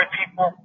people